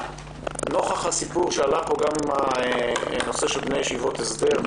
נוכח הסיפור שעלה פה גם עם בני ישיבות ההסדר,